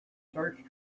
search